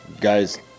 guys